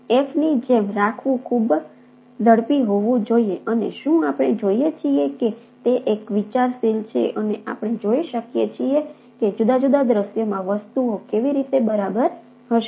F ની જેમ રાખવું ખૂબ ઝડપી હોવું જોઈએ અને શું આપણે જોઈએ છીએ કે તે એક વિચારશીલ છે અને આપણે જોઈ શકીએ છીએ કે જુદા જુદા દૃશ્યમાં વસ્તુઓ કેવી રીતે બરાબર હશે